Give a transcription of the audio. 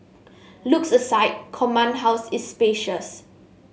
looks aside Command House is spacious